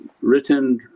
written